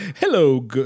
Hello